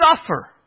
suffer